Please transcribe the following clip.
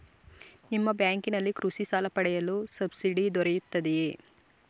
ನಿಮ್ಮ ಬ್ಯಾಂಕಿನಲ್ಲಿ ಕೃಷಿ ಸಾಲ ಪಡೆಯಲು ಸಬ್ಸಿಡಿ ದೊರೆಯುತ್ತದೆಯೇ?